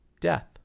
death